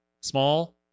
small